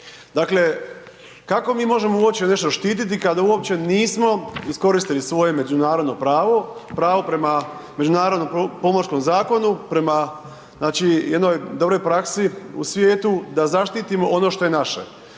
Dakle, kako mi možemo uopće nešto štititi kad uopće nismo iskoristili svoje međunarodno pravo, pravo prema međunarodnom pomorskom zakonu, prema znači jednoj dobroj praksi u svijetu, da zaštitimo ono što je naše,